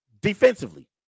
defensively